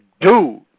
dude